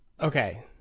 Okay